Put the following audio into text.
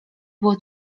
było